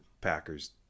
Packers